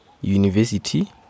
university